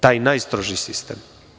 Taj najstrožiji sistem.